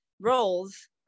roles